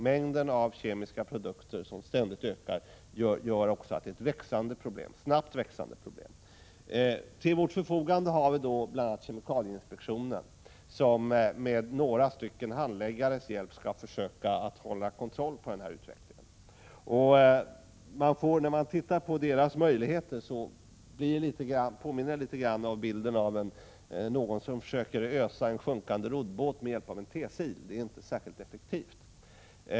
Mängden av kemiska produkter 8 maj 1987 som ständigt ökar betyder också att detta är ett snabbt växande problem. Till vårt förfogande har vi bl.a. kemikalieinspektionen som med några handläggares hjälp skall försöka hålla kontroll på den här utvecklingen. När man tittar på deras möjligheter påminner det litet grand om bilden av någon som försöker ösa en sjunkande roddbåt med hjälp av en tesil. Det är inte särskilt effektivt.